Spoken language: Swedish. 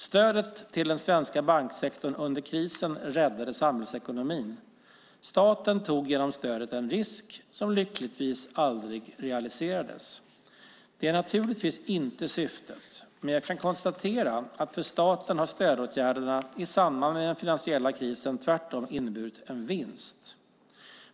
Stödet till den svenska banksektorn under krisen räddade samhällsekonomin. Staten tog genom stödet en risk som lyckligtvis aldrig realiserades. Det är naturligtvis inte syftet, men jag kan konstatera att för staten har stödåtgärderna i samband med den finansiella krisen tvärtom inneburit en vinst.